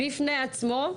בפני עצמו.